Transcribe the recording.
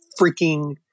freaking